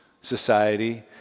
society